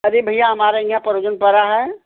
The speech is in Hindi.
अरे भैया हमारा यहाँ परोजन परा है